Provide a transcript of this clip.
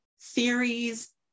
theories